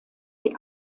die